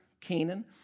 Canaan